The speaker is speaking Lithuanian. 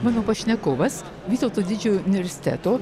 mano pašnekovas vytauto didžiojo universiteto